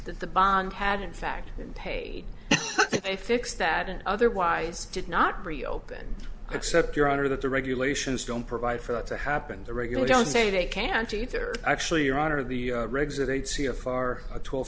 that the bond had in fact been paid they fixed that and otherwise did not reopen except your honor that the regulations don't provide for that to happen the regular don't say they can't either actually your honor the regs are they'd see a far a to